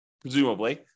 presumably